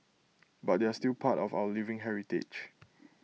but they're still part of our living heritage